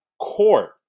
court